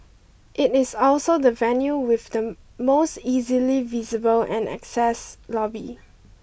it is also the venue with the most easily visible and access lobby